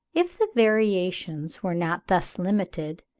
if the variations were not thus limited,